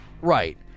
Right